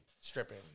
stripping